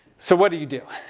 so what do you do?